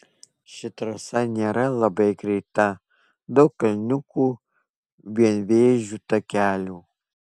ši trasa nėra labai greita daug kalniukų vienvėžių takelių